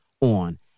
on